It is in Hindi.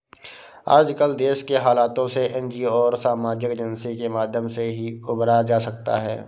आजकल देश के हालातों से एनजीओ और सामाजिक एजेंसी के माध्यम से ही उबरा जा सकता है